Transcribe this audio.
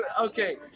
Okay